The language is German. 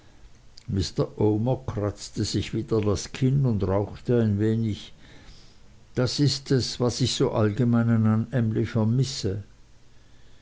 omer kratzte sich wieder das kinn und rauchte ein wenig das ist es was ich so im allgemeinen an emly vermisse